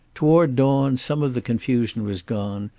toward dawn some of the confusion was gone,